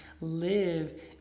live